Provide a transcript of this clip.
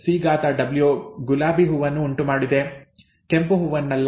CR CW ಗುಲಾಬಿ ಹೂವನ್ನು ಉಂಟುಮಾಡಿದೆ ಕೆಂಪು ಹೂವನ್ನಲ್ಲ